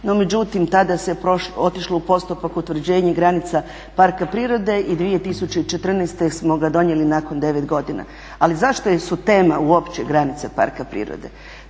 međutim tada se otišlo u postupak utvrđenja granica parka prirode i 2014. smo ga donijeli nakon 9 godina. Ali zašto su teme uopće granice parka prirode?